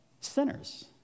Sinners